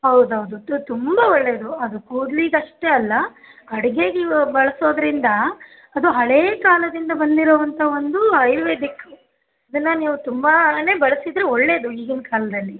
ಹೌದೌದು ತು ತುಂಬಾ ಒಳ್ಳೆಯದು ಅದು ಕೂದಲಿಗಷ್ಟೇ ಅಲ್ಲ ಅಡಿಗೆಗೆ ಬಳಸೋದರಿಂದ ಅದು ಹಳೇ ಕಾಲದಿಂದ ಬಂದಿರೋವಂಥ ಒಂದು ಆಯುರ್ವೇದಿಕ್ ಇದನ್ನ ನೀವು ತುಂಬಾನೇ ಬಳಸಿದರೆ ಒಳ್ಳೆಯದು ಈಗಿನ ಕಾಲದಲ್ಲಿ